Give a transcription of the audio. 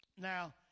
Now